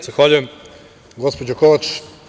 Zahvaljujem gospođo Kovač.